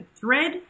thread